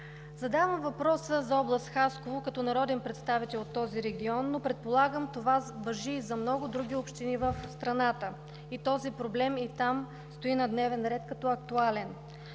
Задавам въпроса за област Хасково като народен представител от този регион, но предполагам това важи и за много други общини в страната – този проблем и там стои на дневен ред като актуален.